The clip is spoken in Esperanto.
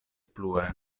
plue